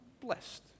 blessed